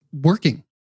working